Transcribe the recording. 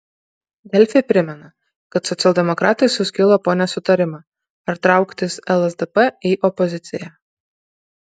delfi primena kad socialdemokratai suskilo po nesutarimą ar trauktis lsdp į opoziciją